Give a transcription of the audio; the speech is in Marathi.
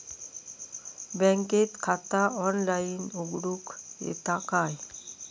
बँकेत खाता ऑनलाइन उघडूक येता काय?